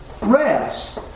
rest